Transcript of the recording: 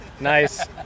nice